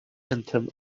anthem